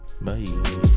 bye